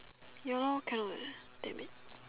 ya lo cannot leh damn it